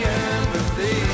empathy